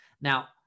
Now